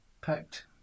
Packed